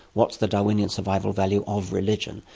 what's the darwinian survival value of religion?